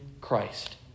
Christ